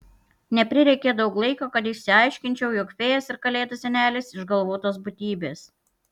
neprireikė daug laiko kad išsiaiškinčiau jog fėjos ir kalėdų senelis išgalvotos būtybės